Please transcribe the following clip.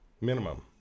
Minimum